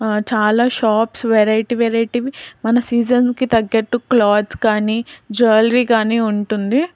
చాలా shops variety వెరైటీవి మన సీజన్స్కి తగ్గట్టు క్లాత్స్ కానీ జ్యువెలరీ కానీ ఉంటుంది